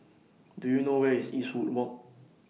Do YOU know Where IS Eastwood Walk